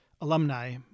alumni